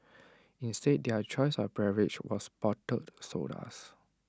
instead their choice of beverage was bottled sodas